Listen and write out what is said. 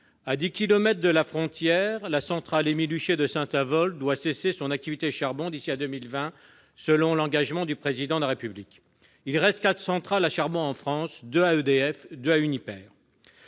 de la frontière, la centrale Émile-Huchet de Saint-Avold doit cesser son activité charbon d'ici à 2022, selon l'engagement du Président de la République. Il reste quatre centrales à charbon en France : deux dépendent d'EDF, deux d'Uniper.